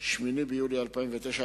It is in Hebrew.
8 ביולי 2009,